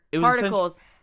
particles